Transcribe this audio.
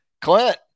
clint